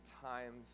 times